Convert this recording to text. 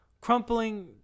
crumpling